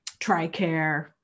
TRICARE